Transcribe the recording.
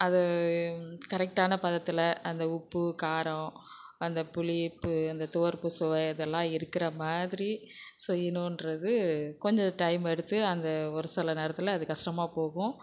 அது கரெக்டான பதத்தில் அந்த உப்பு காரம் அந்த புளிப்பு அந்த துவர்ப்பு சுவை இதல்லாம் இருக்கிற மாதிரி செய்யனுன்றது கொஞ்ச டைம் எடுத்து அந்த ஒரு சில நேரத்தில் அது கஷ்டமாக போகும்